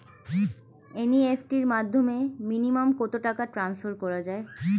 NEFT র মাধ্যমে minimum কত টাকা টান্সফার করা যায়?